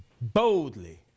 Boldly